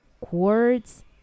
Quartz